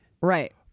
Right